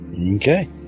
Okay